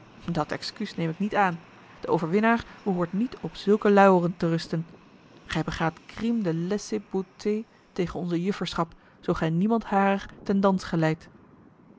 dat excuus neem ik niet aan de overwinnaar behoort niet op zulke lauweren te rusten gij begaat crime de lèse beauté tegen onze jufferschap zoo gij niemand harer ten dans geleidt